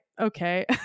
okay